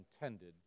intended